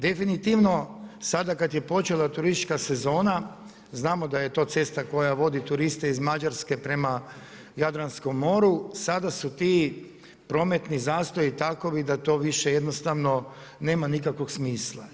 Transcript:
Definitivno, sada kada je počela turistička sezona, znamo da je to cesta koja vodi turiste iz Mađarske prema Jadranskom moru sada su ti prometni zastoji takovi da to više jednostavno nema nikakvog smisla.